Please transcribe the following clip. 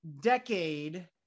decade